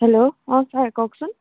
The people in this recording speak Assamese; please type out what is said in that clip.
হেল্ল' অ' ছাৰ কওঁকচোন